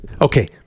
Okay